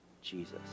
Jesus